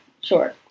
Sure